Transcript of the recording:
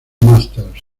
masters